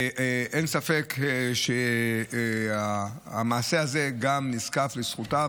ואין ספק שהמעשה הזה נזקף גם לזכותה.